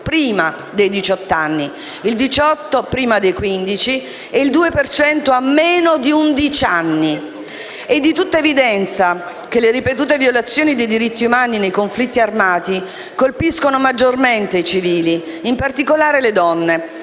il 2 per cento ha meno di 11 anni; è di tutta evidenza che le ripetute violazioni dei diritti umani nei conflitti armati colpiscono maggiormente i civili, in particolare le donne,